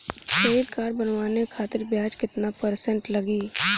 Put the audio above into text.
Credit card बनवाने खातिर ब्याज कितना परसेंट लगी?